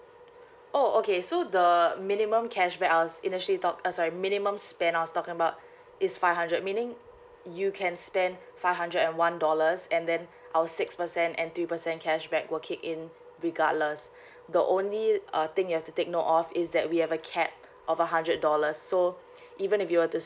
oh okay so the minimum cashback I was initially talk uh sorry minimum spend I was talking about is five hundred meaning you can spend five hundred and one dollars and then our six percent and three percent cashback will kick in regardless the only uh thing you have to take note of is that we have a cap of a hundred dollars so even if you were to